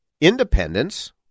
independence